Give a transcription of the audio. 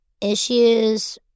issues